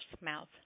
mouth